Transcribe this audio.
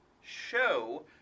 show